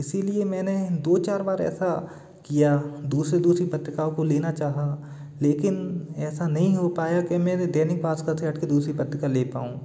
इसीलिए मैंने दो चार बार ऐसा किया दूसरी दूसरी पत्रिकाओं को लेना चाहा लेकिन ऐसा नहीं हो पाया कि मेरे दैनिक भास्कर से हट के दूसरी पत्रिका ले पाउँ